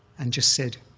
and just said,